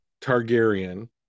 Targaryen